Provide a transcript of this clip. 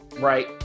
right